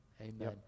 amen